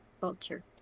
culture